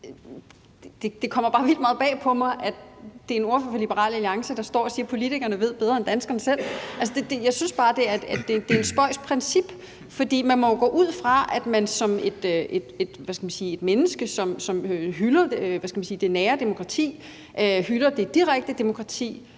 Det kommer bare vildt meget bag på mig, at det er en ordfører for Liberal Alliance, der står og siger, at politikerne ved bedre end danskerne selv. Altså, jeg synes bare, det er et spøjst princip, for man må jo gå ud fra, at man som et menneske, der hylder, hvad skal man sige, det nære demokrati og hylder det direkte demokrati,